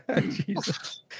Jesus